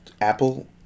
Apple